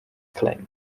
claim